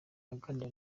akaganira